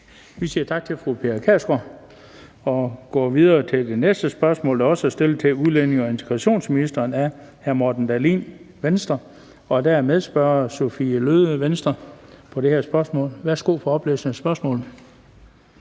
Vi siger tak til fru Pia Kjærsgaard og går videre til det næste spørgsmål, der også er stillet til udlændinge- og integrationsministeren. Det er af hr. Morten Dahlin, Venstre, og der er en medspørger, Sophie Løhde, Venstre, på det her spørgsmål. Kl. 16:57 Spm.